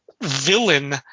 villain